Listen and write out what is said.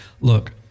look